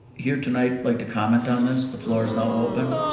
here tonight like to comment on this? the floor is now open.